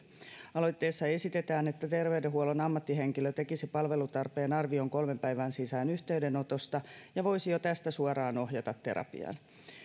aloitteessa esitetään että terveydenhuollon ammattihenkilö tekisi palvelutarpeen arvion kolmen päivän sisään yhteydenotosta ja voisi jo tästä suoraan ohjata terapiaan